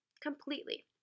Completely